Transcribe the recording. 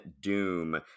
Doom